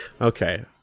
Okay